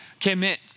commit